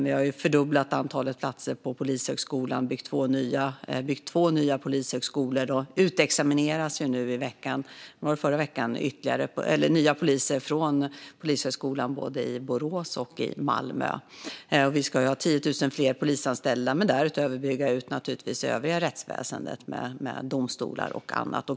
Vi har fördubblat antalet platser på polisutbildningen, bland annat genom att bygga två nya polishögskolor, och nu utexamineras nya poliser från polishögskolorna i Borås och Malmö. Vi ska ha 10 000 fler polisanställda. Därutöver ska vi givetvis bygga ut det övriga rättsväsendet med domstolar och annat.